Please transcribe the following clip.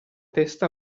testa